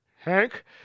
Hank